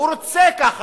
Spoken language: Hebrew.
הוא רוצה ככה,